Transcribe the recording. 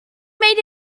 made